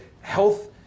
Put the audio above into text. health